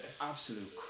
Absolute